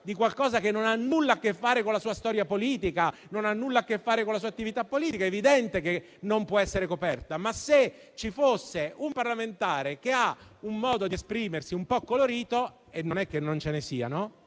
di qualcosa che non ha nulla a che fare con la sua storia politica e con la sua attività politica, è evidente che non può essere coperta. Se ci fosse, però, un parlamentare che ha un modo di esprimersi un po' colorito - e non è che non ce ne siano